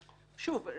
אבל שוב,